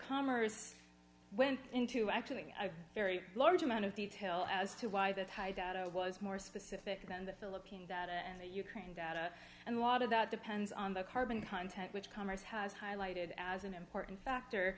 commerce went into actually a very large amount of detail as to why that high data was more specific than the philippines that and the ukraine data and lot of that depends on the carbon content which congress has highlighted as an important factor